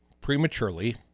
prematurely